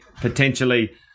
potentially